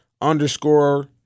underscore